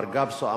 מר גפסו,